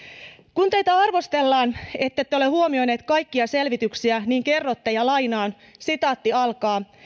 kun teitä arvostellaan ettette ole huomioineet kaikkia selvityksiä niin kerrotte lainaan sitaatti alkaa